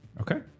Okay